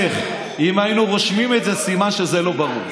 להפך, אם היינו רושמים את זה, סימן שזה לא ברור.